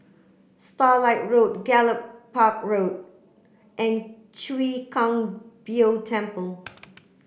Starlight Road Gallop Park Road and Chwee Kang Beo Temple